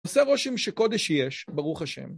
עושה רושם שקודש יש, ברוך השם.